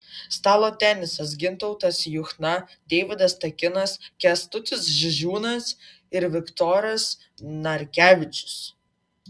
stalo tenisas gintautas juchna deividas takinas kęstutis žižiūnas ir viktoras narkevičius